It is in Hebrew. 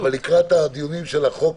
שלקראת הדיונים על החוק